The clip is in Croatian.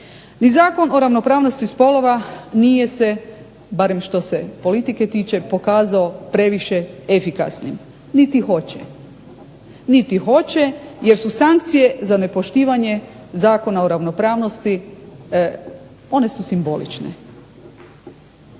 I Zakon o ravnopravnosti spolova nije se, barem što se politike tiče, pokazao previše efikasnim niti hoće jer su sankcije za nepoštivanje Zakona o ravnopravnosti one su simbolične.